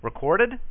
Recorded